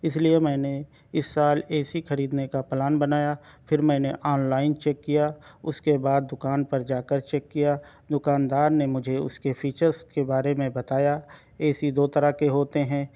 اس لئے میں نے اس سال اے سی خریدنے کا پلان بنایا پھر میں نے آن لائن چیک کیا اس کے بعد دوکان پر جا کر چیک کیا دوکاندار نے مجھے اس کے فیچرس کے بارے میں بتایا اے سی دو طرح کے ہوتے ہیں